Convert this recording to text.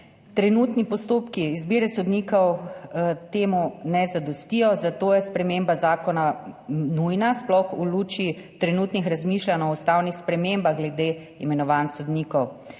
Trenutni postopki izbire sodnikov temu ne zadostijo, zato je sprememba zakona nujna, sploh v luči trenutnih razmišljanj o ustavnih spremembah glede imenovanj sodnikov.